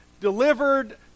delivered